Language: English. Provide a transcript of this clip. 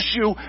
issue